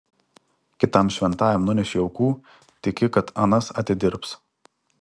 kitam šventajam nunešei aukų tiki kad anas atidirbs